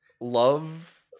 Love